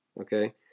okay